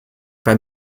pas